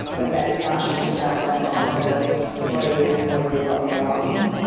but that does not change the fact that i'm also brave and worthy of love and belonging.